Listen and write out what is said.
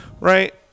right